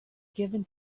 given